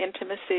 intimacy